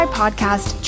podcast